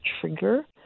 trigger